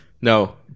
No